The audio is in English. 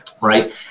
right